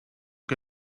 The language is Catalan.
que